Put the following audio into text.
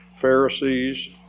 Pharisees